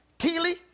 Keely